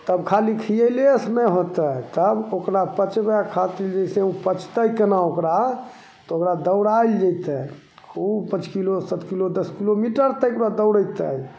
तब खाली खिएलेसे नहि होतै तब ओकरा पचबै खातिर जइसे ओ पचतै कोना ओकरा तऽ ओकरा दौड़ाएल जएतै खूब पाँच किलो सात किलो दस किलोमीटर तकले दौड़ेतै